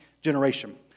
generation